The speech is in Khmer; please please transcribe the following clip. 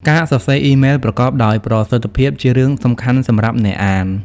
ការសរសេរអ៊ីមែលប្រកបដោយប្រសិទ្ធភាពជារឿងសំខាន់សម្រាប់អ្នកអាន។